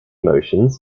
motions